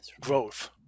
Growth